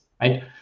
right